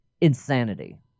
Insanity